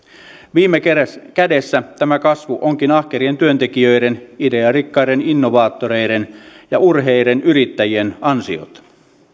viime kädessä kädessä tämä kasvu onkin ahkerien työntekijöiden idearikkaiden innovaattoreiden ja urheiden yrittäjien ansiota